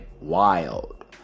wild